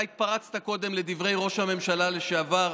אתה התפרצת קודם לדברי ראש הממשלה לשעבר,